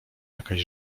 jakaś